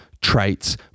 traits